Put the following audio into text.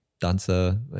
dancer